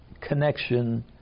connection